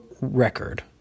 record